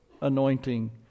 anointing